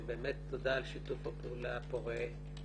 באמת תודה על שיתוף הפעולה הפורה,